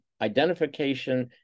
identification